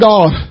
God